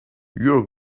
your